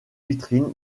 vitrine